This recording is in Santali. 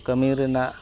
ᱠᱟᱹᱢᱤ ᱨᱮᱱᱟᱜ